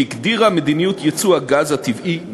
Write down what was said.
שהגדירה את מדיניות ייצוא הגז הטבעי מישראל.